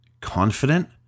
confident